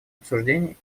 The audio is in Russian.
обсуждений